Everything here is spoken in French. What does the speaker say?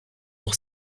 pour